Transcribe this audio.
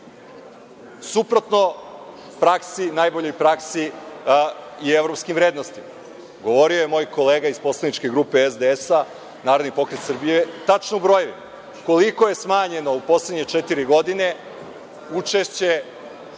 suprotno najboljoj praksi i evropskim vrednostima. Govorio je moj kolega iz poslaničke grupe SDS – Narodni pokret Srbije tačno u brojevima koliko je smanjeno u poslednje četiri godine učešće